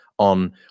on